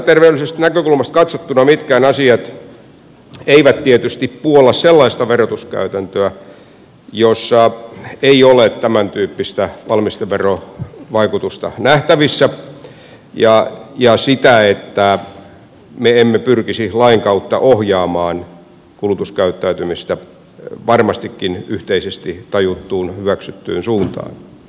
kansanterveydellisestä näkökulmasta katsottuna mitkään asiat eivät tietysti puolla sellaista verotuskäytäntöä jossa ei ole tämäntyyppistä valmisteverovaikutusta nähtävissä eivätkä sitä että me emme pyrkisi lain kautta ohjaamaan kulutuskäyttäytymistä varmastikin yhteisesti tajuttuun hyväksyttyyn suuntaan